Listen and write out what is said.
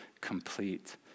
complete